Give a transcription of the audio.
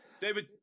David